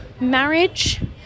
marriage